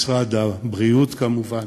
משרד הבריאות כמובן,